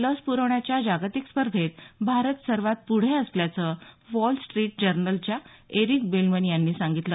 लस प्रवण्याच्या जागतिक स्पर्धेत भारत हा सर्वांत प्रढं असल्याचं वॉल स्ट्रीट जर्नलच्या एरिक बेलमन यांनी सांगितलं